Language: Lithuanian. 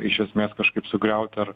iš esmės kažkaip sugriaut ar